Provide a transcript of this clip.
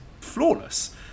flawless